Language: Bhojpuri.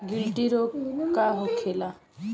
गिलटी रोग का होखे?